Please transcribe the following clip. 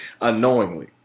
Unknowingly